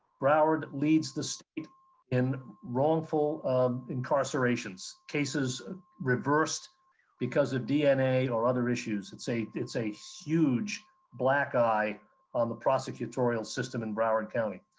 broward leads the state in wrongful incarcerations, cases reversed because of dna or other issues. it's a it's a huge black eye on the prosecutorial system in broward county.